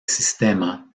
sistema